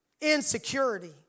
insecurity